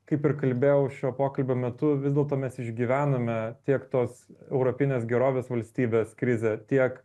kaip ir kalbėjau šio pokalbio metu vis dėlto mes išgyvename tiek tos europinės gerovės valstybės krizę tiek